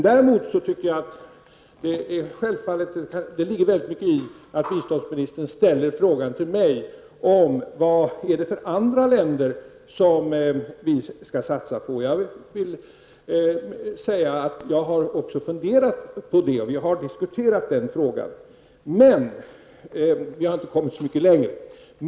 Däremot ligger det mycket i att biståndsministern ställer frågan till mig vad det är för andra länder som vi skall satsa på. Jag har också funderat på det och vi har diskuterat den frågan, men vi har inte kommit så mycket längre.